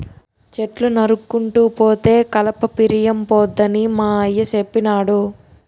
చెట్లు నరుక్కుంటూ పోతే కలప పిరియంపోద్దని మా అయ్య సెప్పినాడు